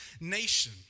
nation